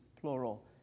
plural